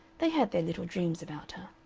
they had their little dreams about her.